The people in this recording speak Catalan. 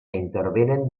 intervenen